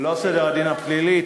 לא סדר הדין הפלילי.